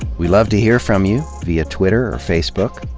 we love to hear from you via twitter or facebook.